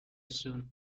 soon